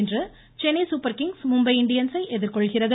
இன்று சென்னை சூப்பர்கிங்ஸ் மும்பை இண்டியன்ஸை எதிர்கொள்கிறது